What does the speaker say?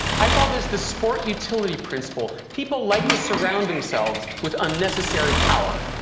i call this the sport utility principle. people like to surround themselves with unnecessary power,